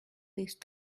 these